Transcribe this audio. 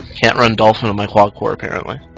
can't run dolphin on my quad core apparently,